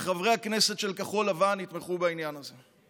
שחברי הכנסת של כחול לבן יתמכו בעניין הזה.